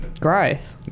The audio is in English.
Growth